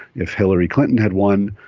if hillary clinton had won,